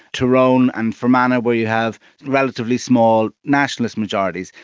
tyrone and fermanagh, where you have relatively small nationalist majorities.